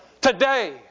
Today